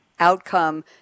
outcome